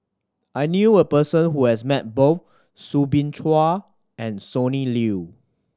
I knew a person who has met both Soo Bin Chua and Sonny Liew